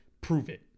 prove-it